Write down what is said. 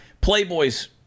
Playboy's